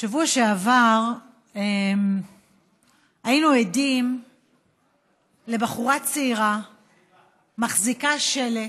בשבוע שעבר היינו עדים לבחורה צעירה מחזיקה שלט,